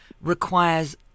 requires